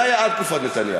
זה היה עד תקופת נתניהו.